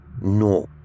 No